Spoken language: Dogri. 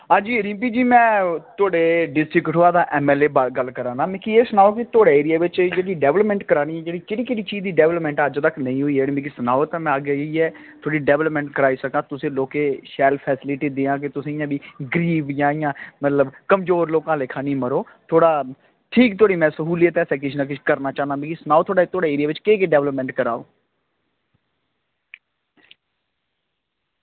आं जी रिम्पी जी में थुआढ़े डिस्ट्रिक्ट कठुआ दा एमएलए बोल्ला ना ते मिगी एह् सनाओ की थुआढ़े एरिया च जेह्ड़ी एह् डेवेल्पमेंट करानी ते केह्ड़ी केह्ड़ी चीज़ दी जेह्की डेवेल्पमेंट नेईं होई अज्ज तगर ते में अग्गें जाइयै डेवेल्पमेंट कराई सक्कां ते थुआढ़े शैल फेस्लिटी दियां की थुआढ़ी गरीब इंया कमज़ोर लोकें आह्ले लेखा निं मरो की थोह्ड़ी स्हूलियत आस्तै किश ना किश करना चाह्न्ना ते सनाओ थोह्ड़े एरिया बिच केह् केह् डेवेल्पमेंट करां अंऊ